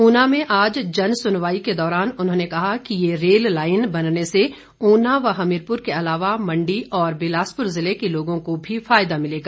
ऊना में आज जनसुनवाई के दौरान उन्होंने कहा कि ये रेल लाईन बनने से ऊना व हमीरपुर के अलावा मंडी और बिलासपुर ज़िले के लोगों को भी फायदा मिलेगा